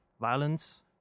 violence